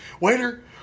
Waiter